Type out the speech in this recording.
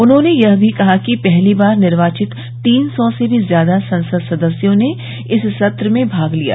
उन्होंने यह भी कहा कि पहली बार निर्वाचित तीन सौ से भी ज्यादा संसद सदस्यों ने इस सत्र में भाग लिया